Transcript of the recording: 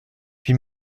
huit